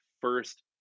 first